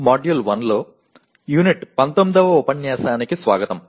module 1 లో unit 19వ ఉపన్యాసానికి స్వాగతం